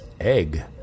Egg